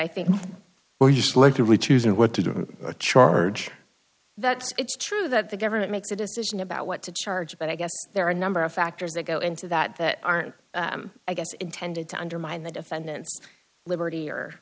choosing what to do charge that's it's true that the government makes a decision about what to charge but i guess there are a number of factors that go into that that aren't i guess intended to undermine the defendant's liberty or